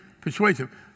persuasive